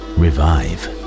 revive